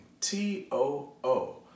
T-O-O